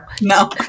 No